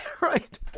right